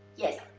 yes,